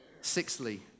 Sixthly